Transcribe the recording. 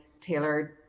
tailored